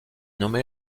nommée